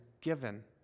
given